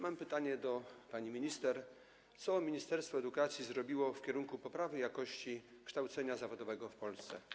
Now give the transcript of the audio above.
Mam pytanie do pani minister: Co ministerstwo edukacji zrobiło w kierunku poprawy jakości kształcenia zawodowego w Polsce?